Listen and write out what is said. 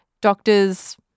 Doctors